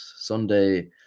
Sunday